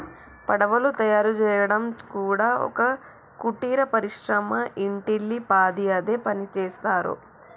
పడవలు తయారు చేయడం కూడా ఒక కుటీర పరిశ్రమ ఇంటిల్లి పాది అదే పనిచేస్తరు